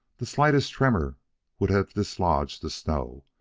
the slightest tremor would have dislodged the snow,